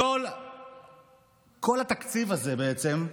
מכל התקציב הזה בעצם,